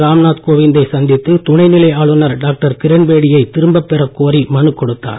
ராம்நாத் கோவிந்த் ஐ சந்தித்து துணைநிலை ஆளுநர் டாக்டர் கிரண்பேடியை திரும்ப பெறக் கோரி மனுக் கொடுத்தார்